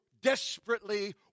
desperately